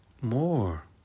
more